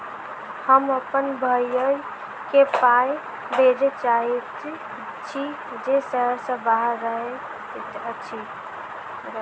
हम अप्पन भयई केँ पाई भेजे चाहइत छि जे सहर सँ बाहर रहइत अछि